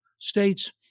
states